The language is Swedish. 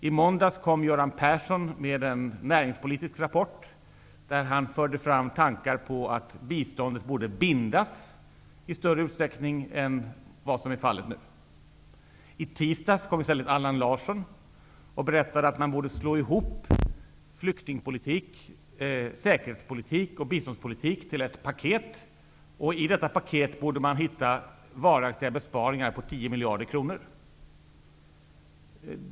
I måndags kom Göran Persson med en näringspolitisk rapport, vari han förde fram tankar om att biståndet borde bindas i större utsträckning än som är fallet nu. I tisdags kom Allan Larsson och sade att man borde slå ihop flyktingpolitik, säkerhetspolitik och biståndspolitik till ett paket. I detta paket borde man hitta varaktiga besparingar på 10 miljarder kronor.